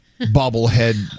bobblehead